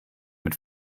mit